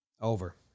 Over